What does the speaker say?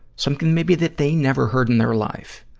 something maybe that they never heard in their life.